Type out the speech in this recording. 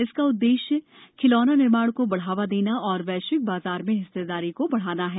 इसका उद्देश्य खिलौना निर्माण को बढ़ावा देना और वैश्विक बाजार में हिस्सेदारी बढाना है